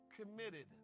committed